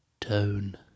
tone